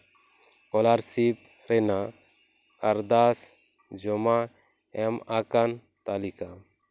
scholarship ᱨᱮᱱᱟᱜ ᱟᱨᱫᱟᱥ ᱡᱚᱢᱟ ᱮᱢ ᱟᱠᱟᱱ ᱛᱟᱞᱤᱠᱟ